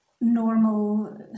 normal